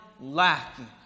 lacking